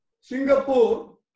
Singapore